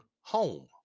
home